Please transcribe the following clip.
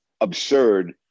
absurd